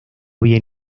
bien